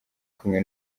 kumwe